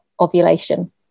ovulation